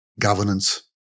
Governance